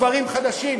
דברים חדשים,